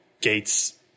Gates